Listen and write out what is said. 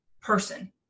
person